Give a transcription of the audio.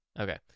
Okay